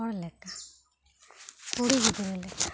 ᱦᱚᱲ ᱞᱮᱠᱟ ᱠᱩᱲᱤ ᱜᱤᱫᱽᱨᱟᱹ ᱞᱮᱠᱟ